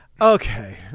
okay